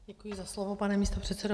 Děkuji za slovo, pane místopředsedo.